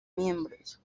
miembros